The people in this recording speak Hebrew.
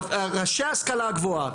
ראשי ההשכלה הגבוהה,